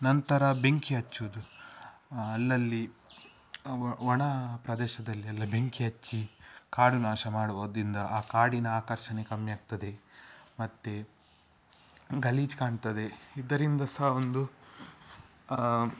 ನಂತರ ಬೆಂಕಿ ಹಚ್ಚುವುದು ಅಲ್ಲಲ್ಲಿ ಒಣ ಪ್ರದೇಶದಲ್ಲಿ ಎಲ್ಲ ಬೆಂಕಿ ಹಚ್ಚಿ ಕಾಡು ನಾಶ ಮಾಡುವದ್ರಿಂದ ಆ ಕಾಡಿನ ಆಕರ್ಷಣೆ ಕಮ್ಮಿ ಆಗ್ತದೆ ಮತ್ತೆ ಗಲೀಜು ಕಾಣ್ತದೆ ಇದರಿಂದ ಸಹ ಒಂದು